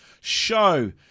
show